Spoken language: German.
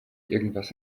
irgendwas